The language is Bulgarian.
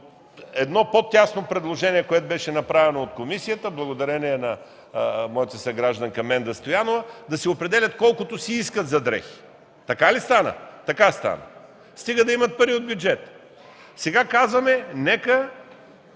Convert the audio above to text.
едно по-тясно предложение, което беше направено от комисията, благодарение на моята съгражданка Менда Стоянова, да си определят колкото си искат за дрехи. Така ли стана? Така стана! Стига да имат пари от бюджета. Сега казваме: нека